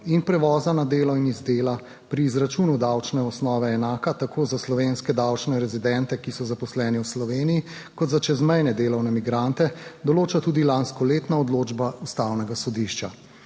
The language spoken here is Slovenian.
in prevoza na delo in iz dela pri izračunu davčne osnove enaka tako za slovenske davčne rezidente, ki so zaposleni v Sloveniji, kot za čezmejne delovne migrante, določa tudi lanskoletna odločba Ustavnega sodišča.